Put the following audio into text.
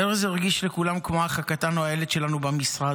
ארז הרגיש לכולם כמו האח הקטן או הילד שלנו במשרד.